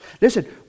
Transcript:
Listen